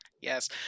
Yes